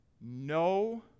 no